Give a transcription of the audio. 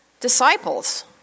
disciples